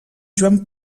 joan